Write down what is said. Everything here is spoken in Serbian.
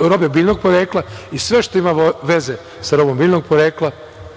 robe biljnog porekla i sve što ima veze sa robom biljnog porekla,